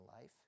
life